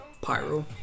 Pyro